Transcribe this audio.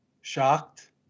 shocked